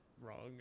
wrong